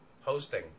hosting